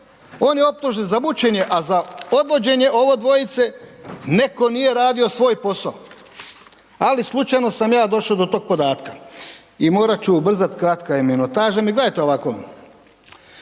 On je optužen za mučenje, a za odvođenje ovo dvojice netko nije radio svoj posao. Ali, slučajno sam ja došao do tog podatka. I morat ću ubrzati, kratka je minutaža. Gledajte ovako.